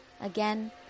Again